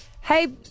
Hey